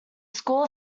school